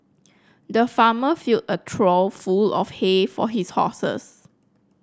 the farmer filled a trough full of hay for his horses